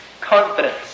confidence